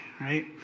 Right